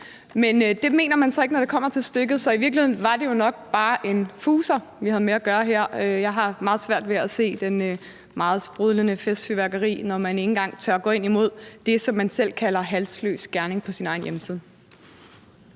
Men det mener man så ikke, når det kommer til stykket? Så i virkeligheden er det jo nok bare en fuser, vi har med at gøre her. Jeg har svært ved at se det meget sprudlende festfyrværkeri, når man ikke engang tør gå imod det, som man selv kalder halsløs gerning på sin egen hjemmeside.